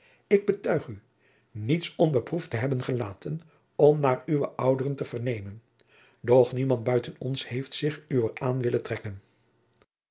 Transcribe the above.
ik betuig u niets onbeproefd te hebben gelaten om naar uwe ouderen te vernemen doch niemand buiten ons heeft zich uwer aan willen trekken